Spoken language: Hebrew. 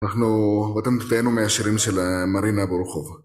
אנחנו ואתם תהנו מהשירים של מרינה בורכוב